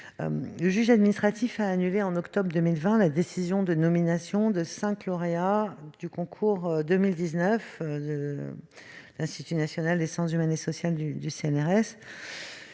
Le juge administratif a annulé, en octobre 2020, la décision de nomination de cinq lauréats du concours 2019 de l'Institut national des sciences humaines et sociales du CNRS.